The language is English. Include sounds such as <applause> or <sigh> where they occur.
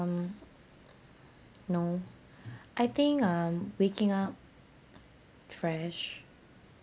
um no <breath> I think um waking up fresh